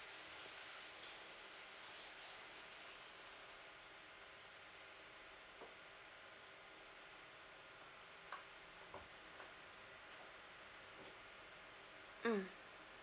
mm